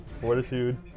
Fortitude